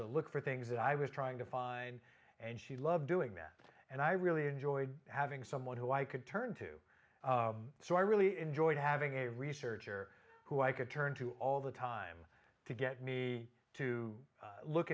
to look for things that i was trying to find and she loved doing that and i really enjoyed having someone who i could turn to so i really enjoyed having a researcher who i could turn to all the time to get me to look